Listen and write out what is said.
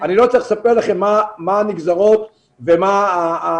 אני לא צריך לספר לכם מה הנגזרות ומה המשמעויות